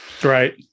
right